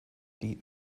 die